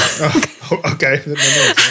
Okay